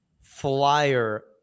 flyer